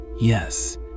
Yes